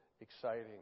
exciting